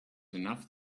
enough